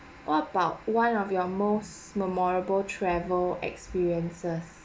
what about one of your most memorable travel experiences